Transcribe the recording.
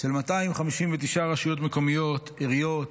של 259 רשויות מקומיות, עיריות,